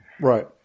Right